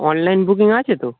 online booking আছে তো